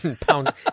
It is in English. Pound